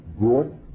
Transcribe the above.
brought